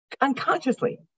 unconsciously